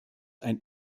ein